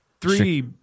Three